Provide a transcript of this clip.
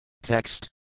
Text